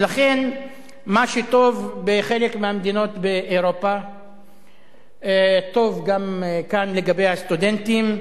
לכן מה שטוב בחלק מהמדינות באירופה טוב גם כאן לגבי הסטודנטים,